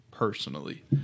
Personally